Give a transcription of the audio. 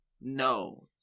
no